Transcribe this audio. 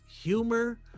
humor